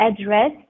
address